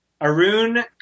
Arun